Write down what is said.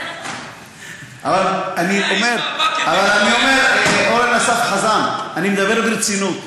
אבל אני אומר, אורן אסף חזן, אני מדבר ברצינות.